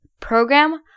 program